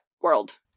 world